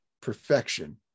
Perfection